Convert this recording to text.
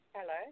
Hello